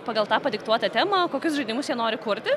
pagal tą padiktuotą temą kokius žaidimus jie nori kurti